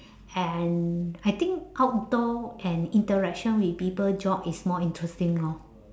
and I think outdoor and interaction with people job is more interesting lor